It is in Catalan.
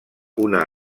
una